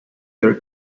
their